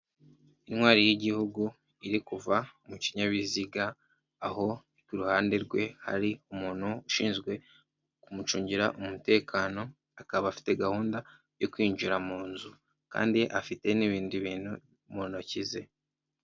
Intwari y'igihugu iri kuva mu kinyabiziga, aho ku ruhande rwe hari umuntu ushinzwe kumucungira umutekano, akaba afite gahunda yo kwinjira mu nzu kandi afite n'ibindi bintu mu ntoki ze.